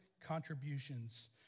contributions